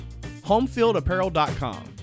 HomefieldApparel.com